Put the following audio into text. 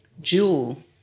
jewel